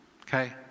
Okay